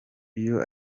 iyo